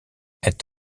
het